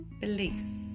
beliefs